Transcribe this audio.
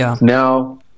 Now